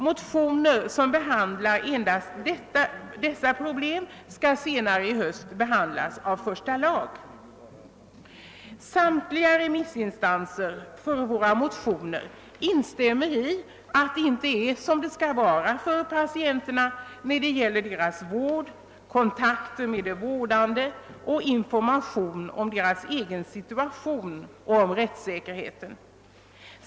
Motioner som gäller endast detta problem skall senare i höst behandlas av första lagutskottet. Samtliga remissinstanser för våra motioner instämmer i att det inte är som det skall vara för patienterna när det gäller vården, kontakten med de vårdande, informationen om deras egen situation och om rättssäkerheten.